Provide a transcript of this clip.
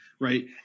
right